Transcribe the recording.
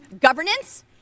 governance